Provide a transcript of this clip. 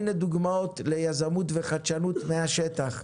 הנה דוגמאות ליזמות וחדשנות מן השטח.